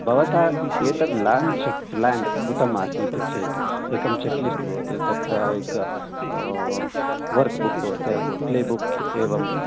भवता भवता एतत् लाञ्च् प्लेन् कृतमासीत् चेत् एकं चेक्लिस्ट् भवति तत्र एक वर्क्बुक् भवति प्लेबुक् एवं